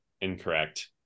incorrect